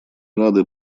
рады